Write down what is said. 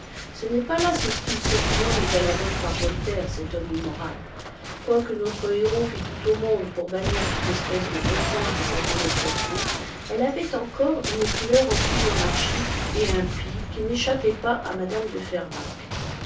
ce n'est pas là ce style sautillant mis à la mode par voltaire cet homme immoral quoique notre héros fît tout au monde pour bannir toute espèce de bon sens de sa conversation elle avait encore une couleur antimonarchique et impie qui n'échappait pas à mme de fervaques